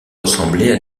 ressembler